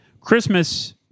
Christmas